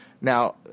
Now